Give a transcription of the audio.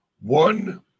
one